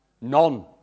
None